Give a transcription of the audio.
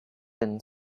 then